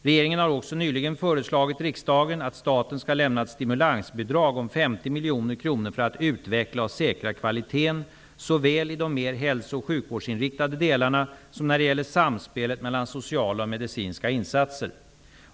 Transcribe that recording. Regeringen har också nyligen föreslagit riksdagen att staten skall lämna ett stimulansbidrag om 50 miljoner kronor för att utveckla och säkra kvaliteten såväl i de mer hälsooch sjukvårdsinriktade delarna som när det gäller samspelet mellan sociala och medicinska insatser.